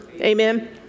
Amen